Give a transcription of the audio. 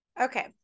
Okay